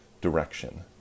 direction